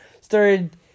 started